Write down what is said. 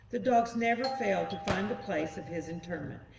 the dogs never fail to find the place of his interment,